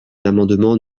l’amendement